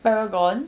paragon